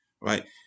right